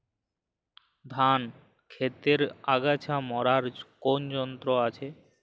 ধান ক্ষেতের আগাছা মারার কোন যন্ত্র আছে?